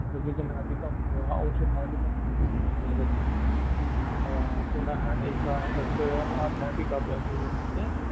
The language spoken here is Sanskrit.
तत्र विधिनादिकं वा औषधादिकं ददति पुनः एका तत्र अध्यापिका अपि अपि वर्तते